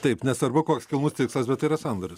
taip nesvarbu koks kilnus tikslas bet tai yra sandoris